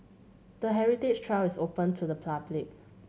the heritage trail is open to the public